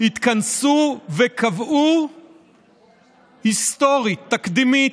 התכנסו וקבעו היסטורית, תקדימית,